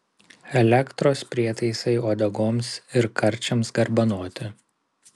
elektros prietaisai uodegoms ir karčiams garbanoti